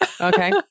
Okay